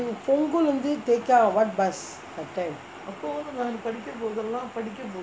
punggol lah இருந்து:irunthu tekka what bus that time